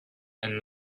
and